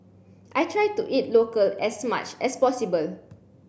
I try to eat local as much as possible